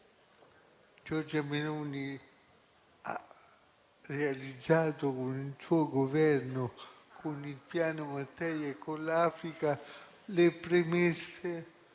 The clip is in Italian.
Giorgia Meloni ha realizzato con il suo Governo, con il Piano Mattei e con l'Africa, le premesse